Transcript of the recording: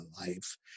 life